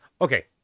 Okay